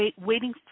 waiting